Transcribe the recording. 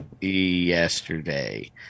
Yesterday